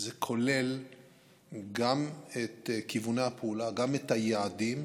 זה כולל גם את כיווני הפעולה, גם את היעדים,